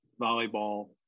volleyball